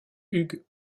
hugh